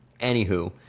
Anywho